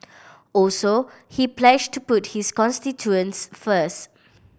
also he pledged to put his constituents first